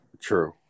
True